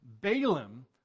Balaam